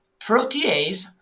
protease